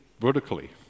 Vertically